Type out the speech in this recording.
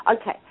okay